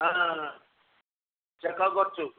ହଁ ଝିଅ କ'ଣ କରୁଛୁ